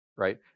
Right